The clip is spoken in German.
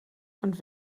und